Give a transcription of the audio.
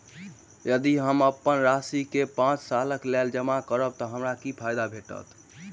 यदि हम अप्पन राशि केँ पांच सालक लेल जमा करब तऽ हमरा की फायदा भेटत?